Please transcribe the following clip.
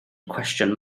cwestiwn